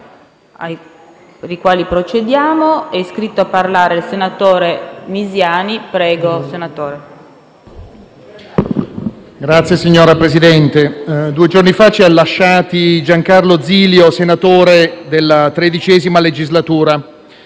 *(PD)*. Signor Presidente, due giorni fa ci ha lasciati Giancarlo Zilio, senatore della XIII legislatura.